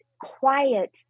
quiet